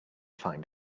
find